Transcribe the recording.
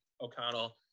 O'Connell